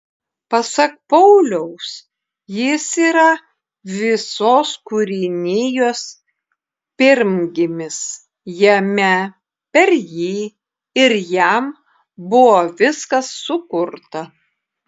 pasak pauliaus jis yra visos kūrinijos pirmgimis jame per jį ir jam buvo viskas sukurta